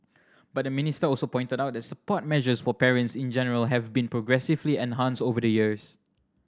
but the minister also pointed out that support measures for parents in general have been progressively enhanced over the years